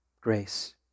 grace